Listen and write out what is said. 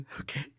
Okay